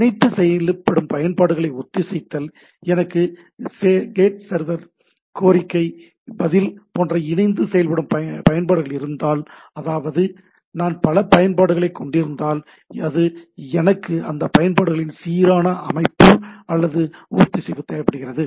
இணைந்து செயல்படும் பயன்பாடுகளை ஒத்திசைத்தல் எனக்கு சேட் சர்வர் கோரிக்கை பதில் போன்ற இணைந்து செயல்படும் பயன்பாடுகள் இருந்தால் அதாவது நான் பல பயன்பாடுகளை கொண்டிருந்தால் அங்கு எனக்கு அந்த பயன்பாடுகளின் சீரான அமைப்பு அல்லது ஒத்திசைவு தேவைப்படுகிறது